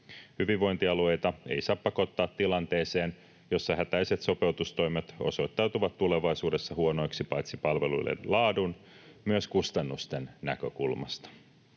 Hyvinvointialueita ei saa pakottaa tilanteeseen, jossa hätäiset sopeutustoimet osoittautuvat tulevaisuudessa huonoiksi paitsi palveluiden laadun myös kustannusten näkökulmasta.